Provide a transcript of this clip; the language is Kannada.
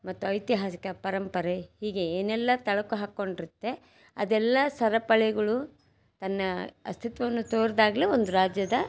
ಮತ್ತು ಐತಿಹಾಸಿಕ ಪರಂಪರೆ ಹೀಗೆ ಏನೆಲ್ಲ ಥಳಕು ಹಾಕಿಕೊಂಡ್ರಿತ್ತೆ ಅದೆಲ್ಲ ಸರಪಳಿಗಳು ತನ್ನ ಅಸ್ತಿತ್ವವನ್ನು ತೋರಿದಾಗ್ಲೇ ಒಂದು ರಾಜ್ಯದ